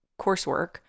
coursework